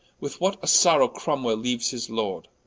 with what a sorrow cromwel leaues his lord.